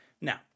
Now